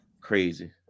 Crazy